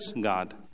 God